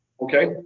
Okay